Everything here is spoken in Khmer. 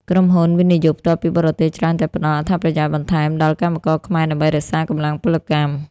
ក្រុមហ៊ុន វិនិយោគផ្ទាល់ពីបរទេស ច្រើនតែផ្ដល់ "អត្ថប្រយោជន៍បន្ថែម" ដល់កម្មករខ្មែរដើម្បីរក្សាកម្លាំងពលកម្ម។